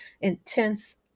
intense